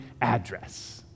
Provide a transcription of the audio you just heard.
address